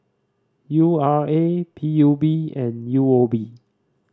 U R A P U B and U O B